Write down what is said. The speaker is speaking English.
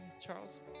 Charles